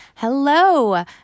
Hello